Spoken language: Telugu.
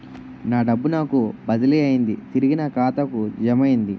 నా డబ్బు నాకు బదిలీ అయ్యింది తిరిగి నా ఖాతాకు జమయ్యింది